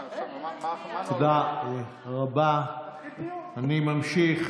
תודה רבה, אני ממשיך